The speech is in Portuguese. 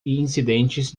incidentes